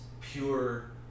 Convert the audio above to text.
pure